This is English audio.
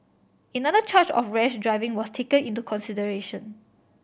another charge of rash driving was taken into consideration